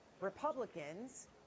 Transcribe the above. Republicans